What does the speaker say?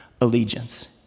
allegiance